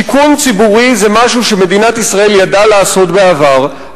שיכון ציבורי זה משהו שמדינת ישראל ידעה לעשות בעבר,